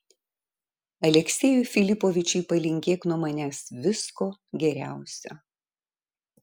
aleksejui filipovičiui palinkėk nuo manęs visko geriausio